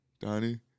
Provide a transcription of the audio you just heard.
Donnie